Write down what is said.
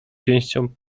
pięścią